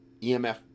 emf